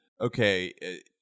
okay